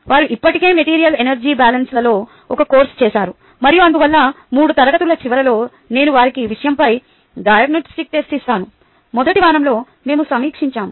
వారు ఇప్పటికే material energy బ్యాలెన్స్లలో ఒక కోర్సు చేసారు మరియు అందువల్ల 3 తరగతుల చివరలో నేను వారికి ఆ విషయంపై డయాగ్నొస్టిక్ టెస్ట్ ఇస్తాను మొదటి వారంలో మేము సమీక్షించాము